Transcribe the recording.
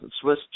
Swiss